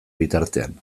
bitartean